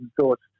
thoughts